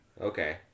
Okay